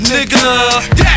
Nigga